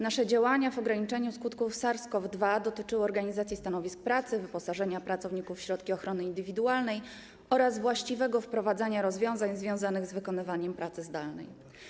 Nasze działania w ograniczaniu skutków SARS-CoV-2 dotyczyły organizacji stanowisk pracy, wyposażenia pracowników w środki ochrony indywidualnej oraz właściwego wprowadzania rozwiązań związanych z wykonywaniem pracy zdalnej.